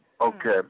Okay